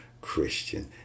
Christian